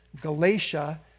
Galatia